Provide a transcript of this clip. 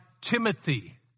Timothy